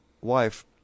wife